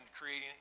creating